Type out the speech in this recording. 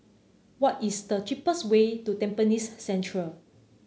what is the cheapest way to Tampines Central